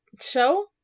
show